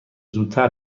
زودتر